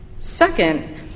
Second